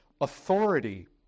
Authority